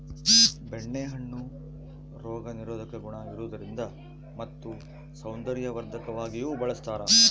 ಬೆಣ್ಣೆ ಹಣ್ಣು ರೋಗ ನಿರೋಧಕ ಗುಣ ಇರುವುದರಿಂದ ಮತ್ತು ಸೌಂದರ್ಯವರ್ಧಕವಾಗಿಯೂ ಬಳಸ್ತಾರ